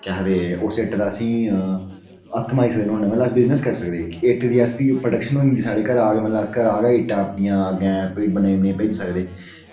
केह् आखदे उस इट्ट दी असें अस कमाई सकने नोह्ड़ै नै मतलब कि अस बिजनस करी सकदे इट्ट दी अस फ्ही प्रोडैक्शन होई जंदी साढ़ै घरा के मतलब अस घरा गै इट्टां अपनियां अग्गैं बनाई बनाई भेजी सकदे